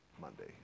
Monday